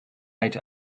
out